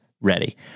ready